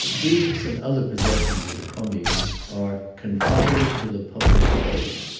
these and other possessions of the commune are confided to the public faith,